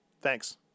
Thanks